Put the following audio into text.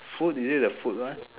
food is it the food one